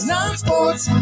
Non-Sports